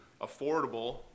affordable